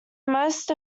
most